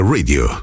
Radio